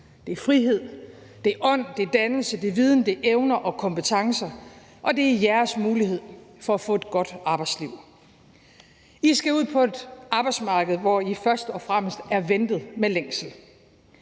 Det er frihed, det er ånd, det er dannelse, det er viden, og det er evner og kompetencer. Og det er jeres mulighed for at få et godt arbejdsliv. I skal ud på et arbejdsmarked, hvor I først og fremmest er ventet med længsel.